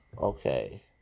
Okay